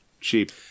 Cheap